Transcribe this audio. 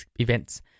events